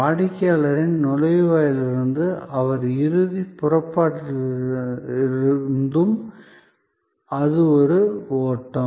வாடிக்கையாளரின் நுழைவாயிலிலிருந்தும் அவரது இறுதி புறப்பாட்டிலிருந்தும் அது ஒரு ஓட்டம்